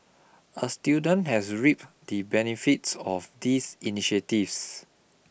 a student has reaped the benefits of these initiatives